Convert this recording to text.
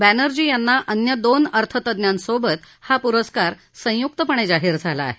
बॅनर्जी यांना अन्य दोन अर्थतज्ज्ञांसोबत हा पुरस्कार संयुक्तपणे जाहीर झाला आहे